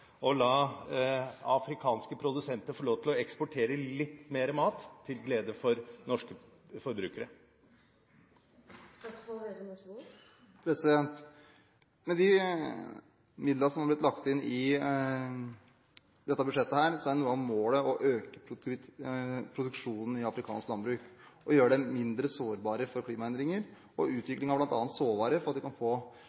og la afrikanske produsenter få lov til å eksportere litt mer mat, til glede for norske forbrukere? Med de midlene som er blitt lagt inn i dette budsjettet, er noe av målet å øke produksjonen i afrikansk landbruk og gjøre det mindre sårbart for klimaendringer, og